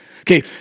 Okay